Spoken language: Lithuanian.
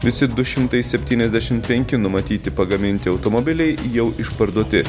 visi du šimtai septyniasdešim penki numatyti pagaminti automobiliai jau išparduoti